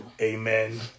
Amen